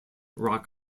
rock